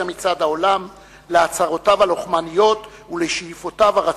מצד העולם להצהרותיו הלוחמניות ולשאיפותיו הרצחניות.